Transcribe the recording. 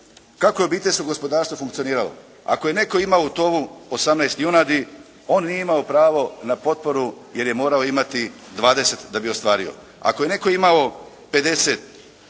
kako je obiteljsko gospodarstvo funkcioniralo. Ako je netko imao u tovu 18 junadi, on nije imao pravo na potporu jer je morao imati 20 da bi ju ostvario. Ako je netko imao 50